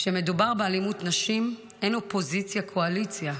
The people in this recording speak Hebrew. כשמדובר באלימות כלפי נשים אין אופוזיציה קואליציה,